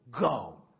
Go